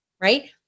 Right